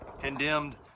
Condemned